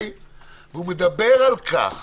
הוא מדבר על כך